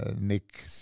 Nick